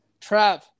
Trav